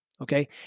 okay